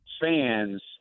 fans